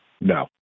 No